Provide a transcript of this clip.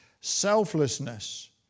selflessness